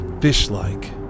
fish-like